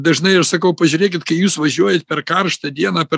dažnai ir sakau pažiūrėkit kai jūs važiuojat per karštą dieną per